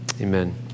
Amen